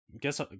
Guess